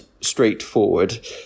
straightforward